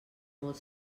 molt